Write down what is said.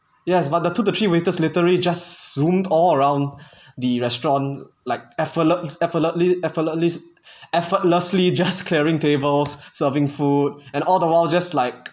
yes but the two to three waiters literally just zoomed all around the restaurant like effortless effortlesly effortlesly effortlessly just clearing tables serving food and all the while just like